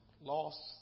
lost